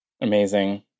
Amazing